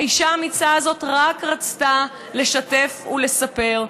האישה האמיצה הזאת רק רצתה לשתף ולספר,